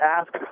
ask